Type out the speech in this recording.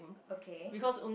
okay